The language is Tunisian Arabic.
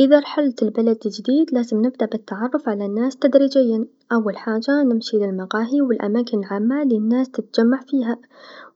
إذا رحلت لبلد جديد نحب نبدا بالتعرف على الناس تدريجيا، أول حاجه نمشي للمقاهي و الأماكن العامه لناس تتجمع فيها